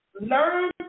Learn